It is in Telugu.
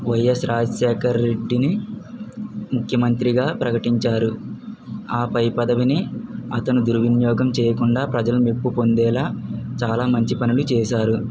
వైయస్ రాజశేఖర్ రెడ్డిని ముఖ్యమంత్రిగా ప్రకటించారు ఆ పై పదవిని అతని దుర్వినియోగం చేయకుండా ప్రజలను నిప్పు పొందేలా చాలా మంచి పనులు చేశారు